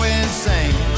insane